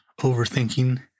overthinking